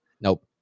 Nope